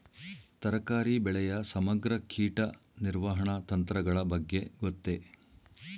ತರಕಾರಿ ಬೆಳೆಯ ಸಮಗ್ರ ಕೀಟ ನಿರ್ವಹಣಾ ತಂತ್ರಗಳ ಬಗ್ಗೆ ಗೊತ್ತೇ?